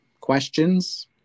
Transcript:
questions